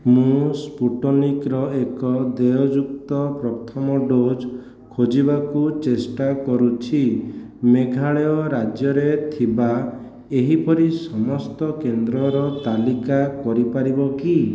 ମୁଁ ସ୍ପୁଟନିକ୍ର ଏକ ଦେୟଯୁକ୍ତ ପ୍ରଥମ ଡୋଜ୍ ଖୋଜିବାକୁ ଚେଷ୍ଟା କରୁଛି ମେଘାଳୟ ରାଜ୍ୟରେ ଥିବା ଏହିପରି ସମସ୍ତ କେନ୍ଦ୍ରର ତାଲିକା କରିପାରିବ କି